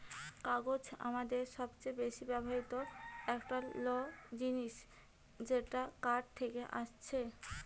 কাগজ আমাদের সবচে বেশি ব্যবহৃত একটা ল জিনিস যেটা কাঠ থেকে আসছে